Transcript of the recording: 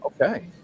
Okay